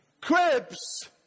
Cribs